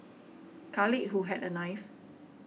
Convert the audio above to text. Khalid who had a knife